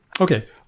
Okay